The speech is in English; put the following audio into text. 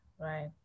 right